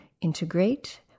integrate